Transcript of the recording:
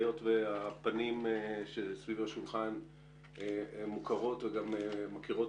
היות והפנים שסביב השולחן מוכרות וגם מכירות